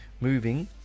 moving